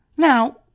Now